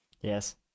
Yes